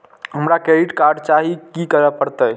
हमरा credit card चाही की करे परतै?